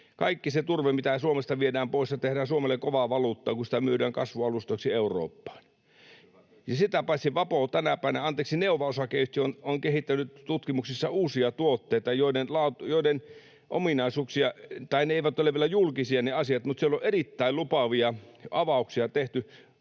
kaiken sen turpeen, mitä Suomesta viedään pois ja millä tehdään Suomelle kovaa valuuttaa, kun sitä myydään kasvualustoiksi Eurooppaan? [Petri Huru: Hyvä kysymys!] Ja sitä paitsi Neova Oy on tänä päivänä kehittänyt tutkimuksissa uusia tuotteita, joiden ominaisuuksia... Tai ne asiat eivät ole vielä julkisia, mutta siellä on erittäin lupaavia avauksia tehty